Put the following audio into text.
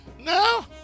No